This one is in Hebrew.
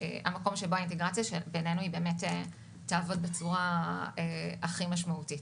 המקום בו האינטגרציה בינינו תעבוד בצורה הכי משמעותית,